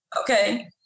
Okay